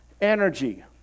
energy